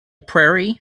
prairie